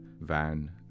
van